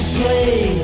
play